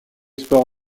sport